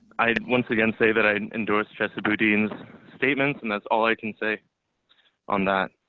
i once again say that i endorse festivities statements and that's all i can say on that.